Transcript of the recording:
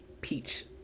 peach